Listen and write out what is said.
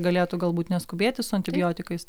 galėtų galbūt neskubėti su antibiotikais tą